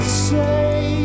say